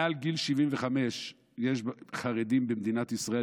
מעל גיל 75 יש חרדים במדינת ישראל,